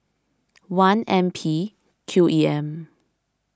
one N P Q E M